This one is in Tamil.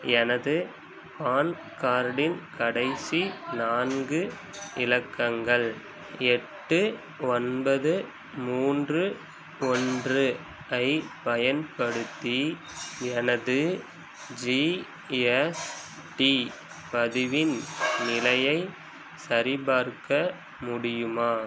எனது பான் கார்டின் கடைசி நான்கு இலக்கங்கள் எட்டு ஒன்பது மூன்று ஒன்று ஐப் பயன்படுத்தி எனது ஜிஎஸ்டி பதிவின் நிலையைச் சரிபார்க்க முடியுமா